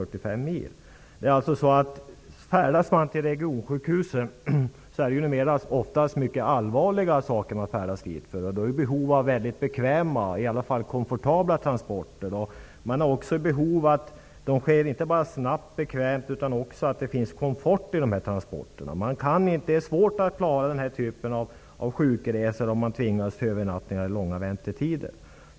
Färdas man till regionsjukhuset, är det oftast mycket allvarliga saker man reser dit för, och man har då behov av komfortabla transporter. Man har också behov av att transporten sker inte bara snabbt och bekvämt utan också med god komfort. Det är svårt att klara den sortens sjukresor, om man tvingas till övernattningar och långa väntetider.